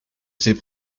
ses